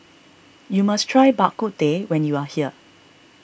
you must try Bak Kut Teh when you are here